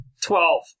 Twelve